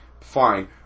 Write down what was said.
fine